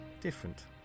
different